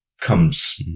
comes